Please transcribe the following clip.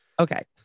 okay